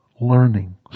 learning